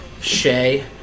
Shay